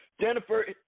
Jennifer